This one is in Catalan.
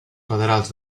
federals